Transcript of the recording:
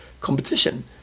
competition